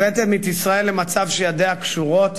הבאתם את ישראל למצב שידיה קשורות.